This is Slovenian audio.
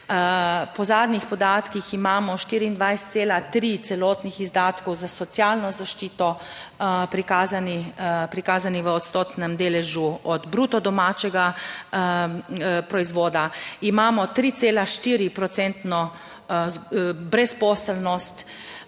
Po zadnjih podatkih imamo 24,3 celotnih izdatkov za socialno zaščito prikazani, prikazani v odstotnem deležu od bruto domačega proizvoda. Imamo 3,4 procentno